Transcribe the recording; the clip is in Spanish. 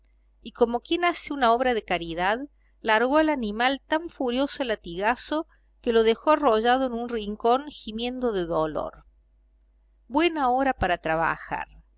y como quien hace una obra de caridad largó al animal tan furioso latigazo que lo dejó arrollado en un rincón gimiendo de dolor buena hora para trabajar